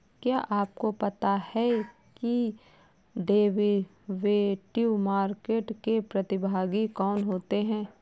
क्या आपको पता है कि डेरिवेटिव मार्केट के प्रतिभागी कौन होते हैं?